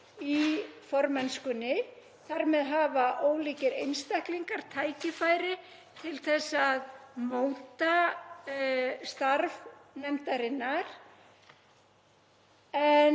í formennskunni. Þar með hafa ólíkir einstaklingar tækifæri til að móta starf nefndarinnar en